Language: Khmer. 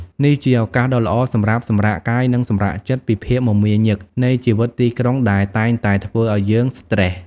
នេះជាឱកាសដ៏ល្អសម្រាប់សម្រាកកាយនិងសម្រាកចិត្តពីភាពមមាញឹកនៃជីវិតទីក្រុងដែលតែងតែធ្វើឲ្យយើងស្ត្រេស។